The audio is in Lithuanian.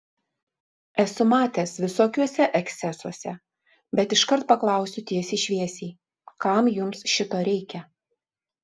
esu matęs visokiuose ekscesuose bet iškart paklausiu tiesiai šviesiai kam jums šito reikia